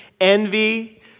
envy